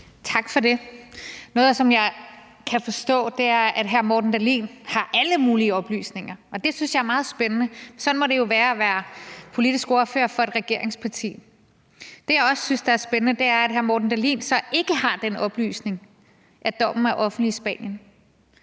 Tak for det. Noget, jeg kan forstå, er, at hr. Morten Dahlin har alle mulige oplysninger. Det synes jeg er meget spændende. Sådan må det jo være at være politisk ordfører for et regeringsparti. Det, jeg også synes er spændende, er, at hr. Morten Dahlin så ikke har den oplysning, at dommen er offentlig i Spanien.